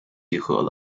集合